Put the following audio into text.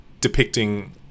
depicting